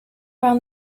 round